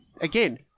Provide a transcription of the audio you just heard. again